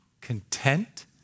content